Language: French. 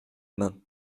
main